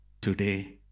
today